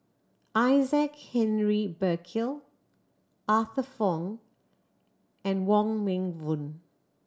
Isaac Henry Burkill Arthur Fong and Wong Meng Voon